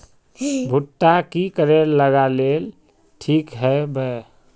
भुट्टा की करे लगा ले ठिक है बय?